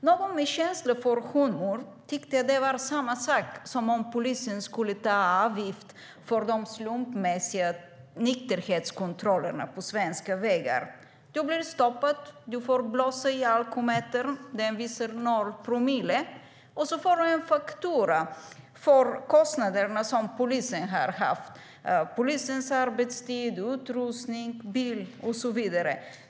Någon med känsla för humor tyckte att det var samma sak som om polisen skulle ta ut avgift för de slumpmässiga nykterhetskontrollerna på svenska vägar. Du blir stoppad, du får blåsa i alkometern som visar 0 promille, och sedan får du en faktura för kostnaderna som polisen har haft för sin arbetstid, utrustning, bil och så vidare.